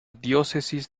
diócesis